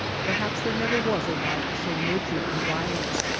perhaps there never was a life so nurtured in violence,